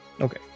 Okay